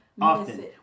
Often